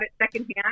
secondhand